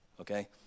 Okay